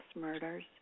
murders